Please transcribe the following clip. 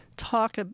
talk